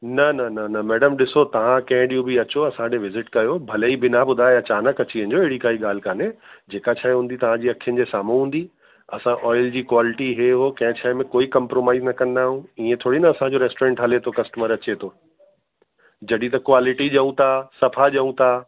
न न न न मैडम ॾिसो तव्हां कंहिं ॾींहं बि अचो असां ॾिए विजिट कयो भले ई बिना ॿुधाए अचानक अची वञिजो अहिड़ी काई ॻाल्हि कोन्हे जेका शइ हूंदी तव्हांजी अखियुंनि जे साम्हूं हूंदी असां ऑयल जी क्वालिटी हीअ हो कंहिं शइ में कोई कंप्रोमाइज न कंदा आहियूं इएं थोरी न असांजो रेस्टोरेंट हले थो कस्टमर अचे थो जॾहिं त क्वालिटी ॾियूं था सफ़ा ॾियूं था